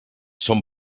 són